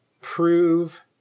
prove